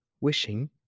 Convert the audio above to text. wishing